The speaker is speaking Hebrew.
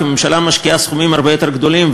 כי הממשלה משקיעה סכומים הרבה יותר גדולים,